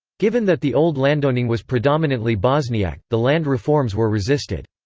given that the old landowning was predominantly bosniak, the land reforms were resisted.